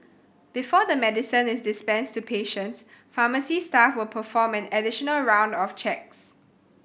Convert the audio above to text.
before the medicine is dispensed to patients pharmacy staff will perform an additional round of checks